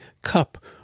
cup